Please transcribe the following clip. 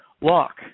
lock